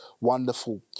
wonderful